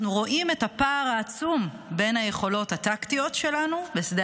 אנחנו רואים יותר ויותר את הפער העצום בין היכולות הטקטיות שלנו בשדה